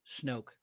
Snoke